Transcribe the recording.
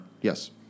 Yes